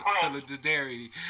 solidarity